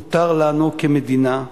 מותר לנו כמדינה,